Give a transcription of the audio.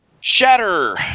Shatter